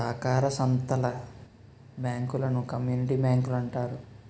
సాకార సంత్తల బ్యాంకులను కమ్యూనిటీ బ్యాంకులంటారు